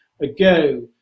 ago